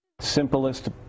simplest